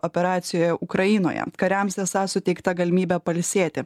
operacijoje ukrainoje kariams esą suteikta galimybė pailsėti